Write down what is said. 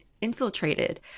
infiltrated